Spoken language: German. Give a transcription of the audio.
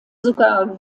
sogar